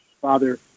Father